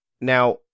now